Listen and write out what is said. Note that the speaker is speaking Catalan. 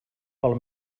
pel